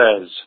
says